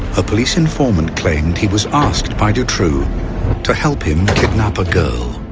a police informant claimed he was asked by dutroux to help him kidnap a girl.